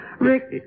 Rick